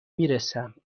میرسم